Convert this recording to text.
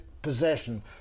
possession